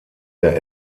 der